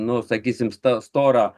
nu sakysim sto storą